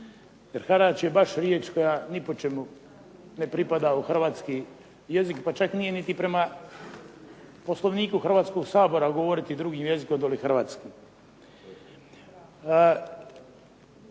jer harač je bar riječ koja ni po čemu ne pripada u hrvatski jezik pa čak nije niti prema Poslovniku Hrvatskoga sabora govoriti drugim jezikom, doli hrvatskim.